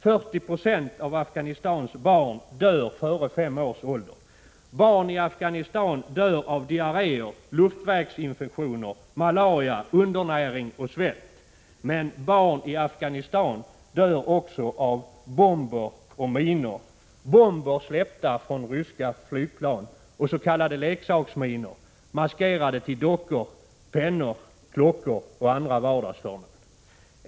40 96 av Afghanistans barn dör före fem års ålder. Barn i Afghanistan dör av diarréer, luftvägsinfektioner, malaria, undernäring och svält, men barn i Afghanistan dör också av bomber och minor — bomber släppta från ryska flygplan och s.k. leksaksminor, maskerade till dockor, pennor, klockor och andra vardagsföremål.